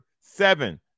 Seven